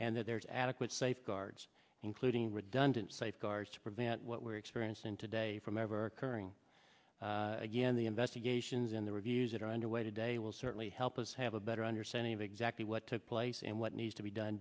and that there is adequate safeguards including redundant safeguards to prevent what we're experiencing today from ever occurring again the investigations in the reviews that are underway today will certainly help us have a better understanding of exactly what took place and what needs to be done